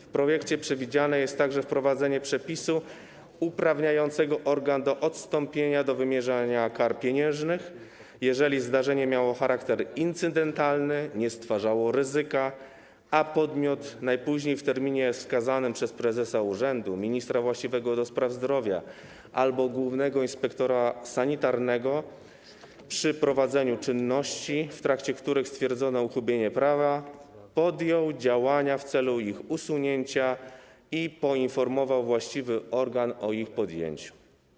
W projekcie przewidziane jest także wprowadzenie przepisu uprawniającego organ do odstąpienia od wymierzania kar pieniężnych, jeżeli zdarzenie miało charakter incydentalny, nie stwarzało ryzyka, a podmiot, najpóźniej w terminie wskazanym przez prezesa urzędu, ministra właściwego do spraw zdrowia albo głównego inspektora sanitarnego, przy prowadzeniu czynności, w trakcie których stwierdzono uchybienie prawa, podjął działania w celu ich usunięcia i poinformował właściwy organ o ich podjęciu.